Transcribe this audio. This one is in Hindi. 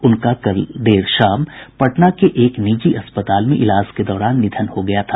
उनका कल देर शाम पटना के एक निजी अस्पताल में इलाज के दौरान निधन हो गया था